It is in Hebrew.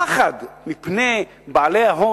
הפחד מפני בעלי ההון,